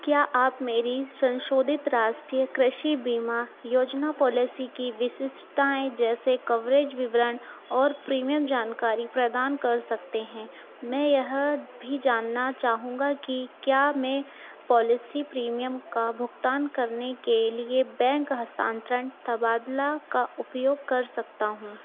क्या आप मेरी संशोधित राष्ट्रीय कृषि बीमा योजना पॉलेसी की विशिषताएँ जैसे कवरेज विवरण और प्रीमियम जानकारी प्रदान कर सकते हैं मैं यह भी जानना चाहूँगा कि क्या मैं पॉलिसी प्रीमियम का भुगतान करने के लिए बैंक हस्तांतरण तबादला का उपयोग कर सकता हूँ